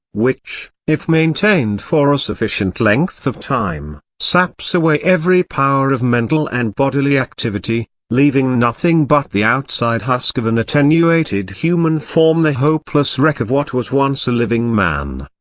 which, if maintained for a sufficient length of time, saps away every power of mental and bodily activity, leaving nothing but the outside husk of an attenuated human form the hopeless hopeless wreck of what was once a living man.